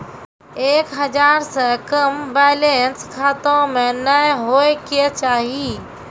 एक हजार से कम बैलेंस खाता मे नैय होय के चाही